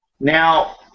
Now